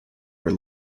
were